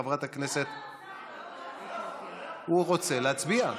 לא, הוא רוצה להצביע.